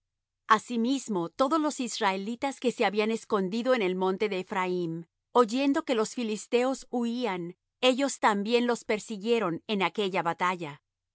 asimismo todos los israelitas que se habían escondido en el monte de ephraim oyendo que los filisteos huían ellos también los persiguieron en aquella batalla